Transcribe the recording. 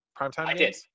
primetime